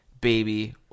baby